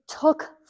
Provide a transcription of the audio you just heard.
took